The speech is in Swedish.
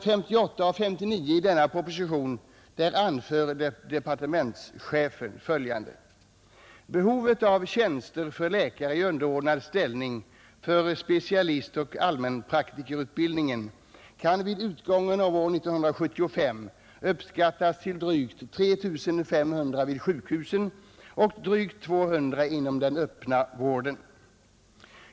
58—59 i denna proposition anförde departementschefen följande: ”Behovet av tjänster för läkare i underordnad ställning för specialistoch allmänpraktikerutbildning kan vid utgången av år 1975 uppskattas till drygt 3 500 vid sjukhusen och drygt 200 inom den öppna vården.